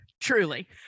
truly